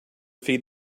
feed